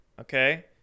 Okay